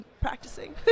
practicing